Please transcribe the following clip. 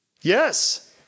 Yes